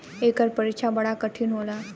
एकर परीक्षा बड़ा कठिन होला